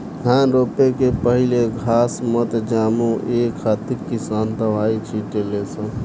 धान रोपे के पहिले घास मत जामो ए खातिर किसान दवाई छिटे ले सन